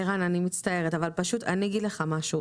ערן, אני מצטערת, אבל פשוט אני אגיד לך משהו.